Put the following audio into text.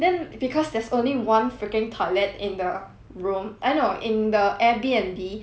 then because there's only one freaking toilet in the room eh no in the Airbnb